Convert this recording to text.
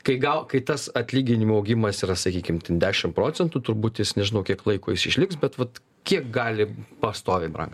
kai gal kai tas atlyginimų augimas yra sakykim dešim procentų turbūt jis nežinau kiek laiko jis išliks bet vat kiek gali pastoviai brangt